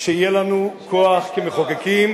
שיהיה לנו כוח כמחוקקים,